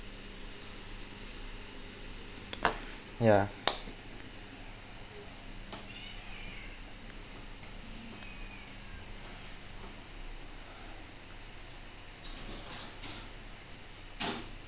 yeah